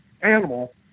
animal